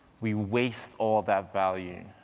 we waste all that value.